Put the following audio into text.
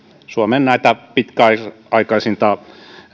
suomen pitkäaikaisinta